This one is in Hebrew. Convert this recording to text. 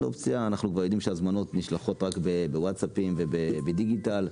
אנחנו יודעים שהזמנות נשלחות רק ב-ווטסאפים ובדיגיטל.